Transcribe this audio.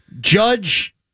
Judge